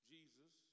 Jesus